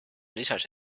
lisas